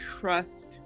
trust